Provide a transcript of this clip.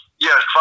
Yes